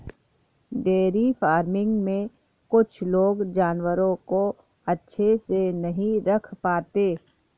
dairy farming में कुछ लोग जानवरों को अच्छे से नहीं रख पाते